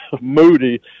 moody